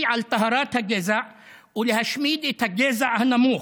על טהרת הגזע ולהשמיד את הגזע הנמוך,